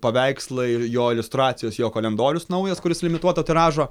paveikslai ir jo iliustracijos jo kalendorius naujas kuris limituoto tiražo